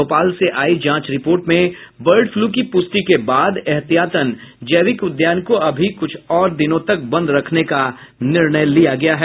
भोपाल से आयी जांच रिपोर्ट में बर्ड फ्लू की पुष्टि के बाद एहतियातन जैविक उद्यान को अभी कुछ और दिनों तक बंद रखने का निर्णय लिया गया है